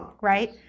right